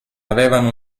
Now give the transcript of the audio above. avevano